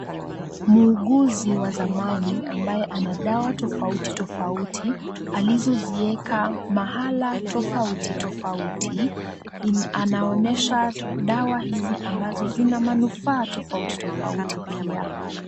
Muuguzi wa zamani ambaye ana dawa tofauti tofauti, alizo ziweka mahala tofauti tofauti, anaonyesha dawa hizi ambazo zina manufaa tofauti tofauti pia .